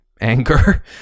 anger